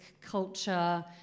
culture